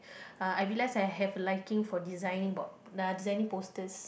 uh I realise I have a liking for designing board uh designing posters